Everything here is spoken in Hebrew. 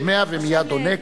שומע ומייד עונה,